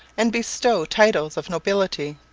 and bestow titles of nobility.